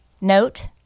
Note